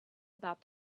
about